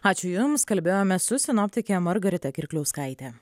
ačiū jums kalbėjome su sinoptike margarita kirkliauskaite